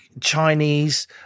Chinese